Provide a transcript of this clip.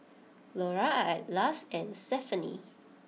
Laura Atlas and Stephany